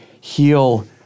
heal